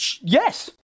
Yes